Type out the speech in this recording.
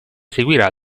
seguirà